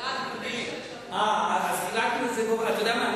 אתה יודע מה?